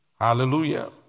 Hallelujah